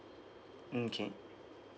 mm okay